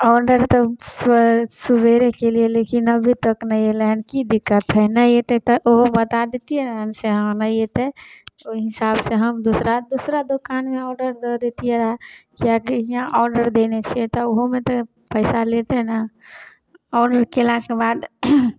order तऽ सु सुबेरे केलिए लेकिन अभी तक नहि अएलै हँ कि दिक्कत छै नहि अएतै तऽ ओहो बता देतिए ने से हम नहि अएतै ओहि हिसाबसे हम दोसरा दोसरा दुकानमे ऑडर दऽ दैतिए रहै किएकि इहाँ ऑडर देने से तऽ ओहोमे तऽ पइसा लेतै ने ऑडर कएलाके बाद